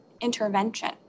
intervention